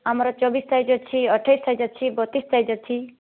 ଆମର ଚବିଶ ସାଇଜ୍ ଅଛି ଅଠେଇଶ ସାଇଜ୍ ଅଛି ବତିଶ ସାଇଜ୍ ଅଛି